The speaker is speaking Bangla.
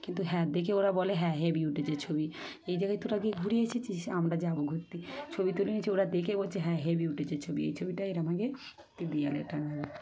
কিন্তু হ্যাঁ দেখে ওরা বলে হ্যাঁ হেবি উঠেছে ছবি এই জায়গায় তোরা গিয়ে ঘুরে এসেছিস আমরা যাব ঘুরতে ছবি তুলে নিয়েছি ওরা দেখে বলছে হ্যাঁ হেবি উঠেছে ছবি এই ছবিটা এটা আমাকে তুই দেওয়ালে টাঙাবি